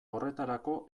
horretarako